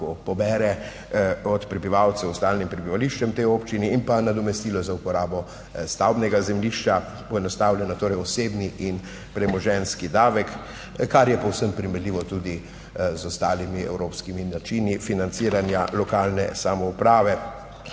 pobere. Od prebivalcev s stalnim prebivališčem v tej občini in pa nadomestilo za uporabo stavbnega zemljišča, poenostavljeno torej osebni in premoženjski davek, kar je povsem primerljivo tudi z ostalimi evropskimi načini financiranja lokalne samouprave.